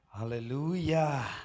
Hallelujah